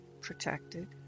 protected